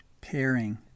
Pairing